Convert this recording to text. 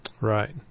Right